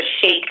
shake